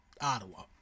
Ottawa